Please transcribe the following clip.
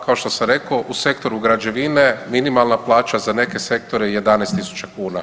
Kao što sam rekao u sektoru građevine minimalna plaća za neke sektore 11 tisuća kuna.